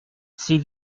ces